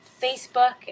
Facebook